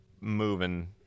moving